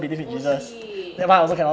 oh shit okay